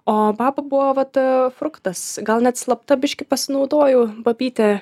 o baba buvo vat fruktas gal net slapta biškį pasinaudojau babyte